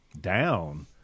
down